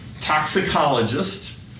toxicologist